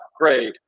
great